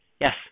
Yes